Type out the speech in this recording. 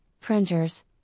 printers